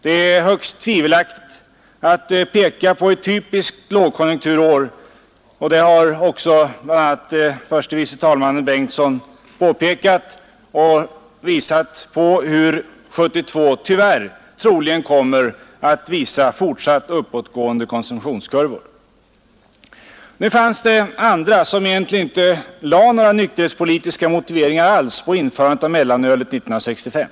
Det är högst tvivelaktigt att peka på ett typiskt lågkonjunkturår, vilket också förste vice talmannen Bengtson framhållit. Han har påvisat hur 1972 troligen kommer att visa fortsatt uppåtgående konsumtionskurvor. Nu fanns det andra som egentligen inte lade några nykterhetspolitiska motiveringar alls på införandet av mellanölet 1965.